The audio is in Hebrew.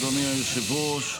אדוני היושב-ראש.